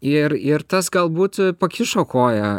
ir ir tas galbūt pakišo koją